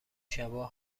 شبا